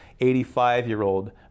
85-year-old